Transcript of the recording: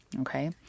okay